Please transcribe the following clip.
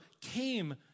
came